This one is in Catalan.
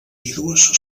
vídues